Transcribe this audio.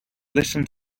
listen